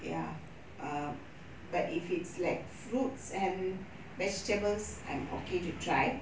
ya err but if it's like fruits and vegetables I'm okay to try